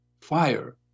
fire